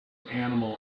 animal